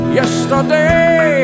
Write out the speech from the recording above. yesterday